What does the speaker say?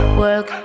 work